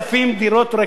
דירות רפאים,